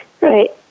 Right